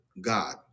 God